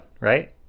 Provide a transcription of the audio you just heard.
right